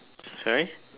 sorry